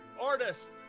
artist